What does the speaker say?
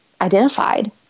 identified